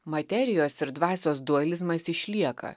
materijos ir dvasios dualizmas išlieka